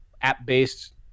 app-based